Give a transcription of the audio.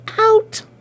Out